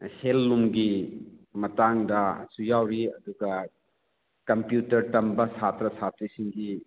ꯍꯦꯟꯂꯨꯝꯒꯤ ꯃꯇꯥꯡꯗꯁꯨ ꯌꯥꯎꯔꯤ ꯑꯗꯨꯒ ꯀꯝꯄ꯭ꯌꯨꯇꯔ ꯇꯝꯕ ꯁꯥꯇ꯭ꯔꯥ ꯁꯥꯇ꯭ꯔꯤꯁꯤꯡꯒꯤ